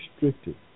restricted